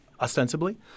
ostensibly